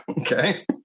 Okay